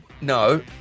No